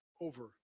over